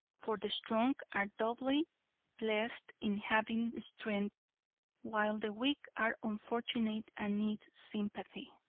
for the strong are doubly blessed in having strength while the weak are unfortunate and need sympathy.